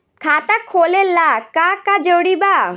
खाता खोले ला का का जरूरी बा?